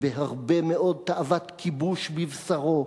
בהרבה מאוד תאוות כיבוש בבשרו,